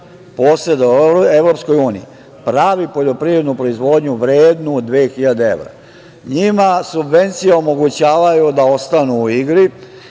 poseda u EU pravi poljoprivrednu proizvodnju vrednu 2.000 evra. Njima subvencije omogućavaju da ostanu u igri.